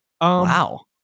Wow